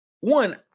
one